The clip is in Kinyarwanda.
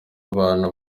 abantu